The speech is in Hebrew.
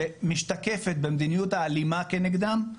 שמשתקפת במדיניות האלימה כנגדם,